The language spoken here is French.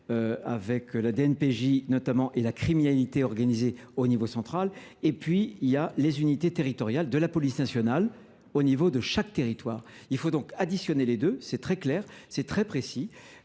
et la prise en charge de la criminalité organisée au niveau central, puis les unités territoriales de la police nationale au niveau de chaque territoire. Il convient donc d’additionner les deux, c’est très clair et très précis.